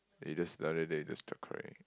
eh that's another day then start crying